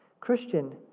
Christian